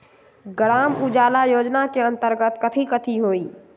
ग्राम उजाला योजना के अंतर्गत कथी कथी होई?